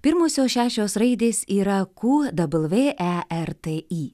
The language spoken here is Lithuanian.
pirmosios šešios raidės yra ku dabl vė e r t i